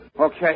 Okay